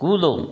कूदो